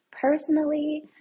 Personally